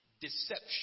deception